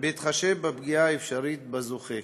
בהתחשב בפגיעה האפשרית בזוכה.